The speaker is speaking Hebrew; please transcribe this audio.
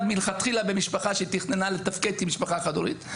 מלכתחילה משפחה שתכננה לתפקד כמשפחה חד-הורית,